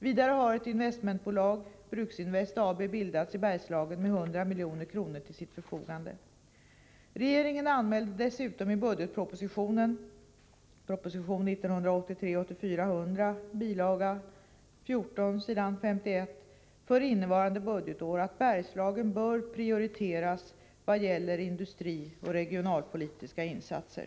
Vidare har ett investmentbolag — Bruksinvest AB - bildats i Bergslagen med 100 milj.kr. till sitt förfogande. Regeringen anmälde dessutom i budgetpropositionen för innevarande budgetår att Bergslagen bör prioriteras vad gäller industrioch regionalpolitiska insatser.